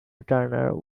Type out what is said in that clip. turner